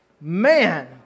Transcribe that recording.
Man